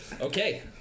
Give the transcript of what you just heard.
Okay